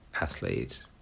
Athlete